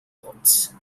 notes